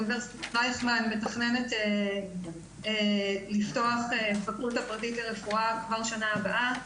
אוניברסיטת רייכמן מתכננת לפתוח פקולטה פרטית לרפואה כבר בשנה הבאה.